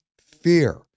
Fear